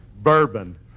bourbon